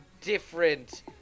different